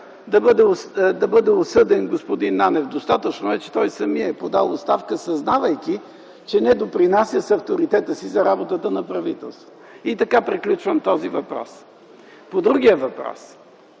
да бъде осъден господин Нанев. Достатъчно е, че той самият е подал оставка, съзнавайки, че не допринася с авторитета си за работата на правителството. Така приключвам този въпрос. По другия въпрос.